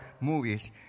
movies